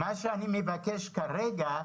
מה שאני מבקש כעת,